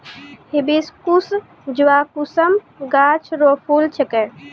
hibiscus जवाकुसुम गाछ रो फूल छिकै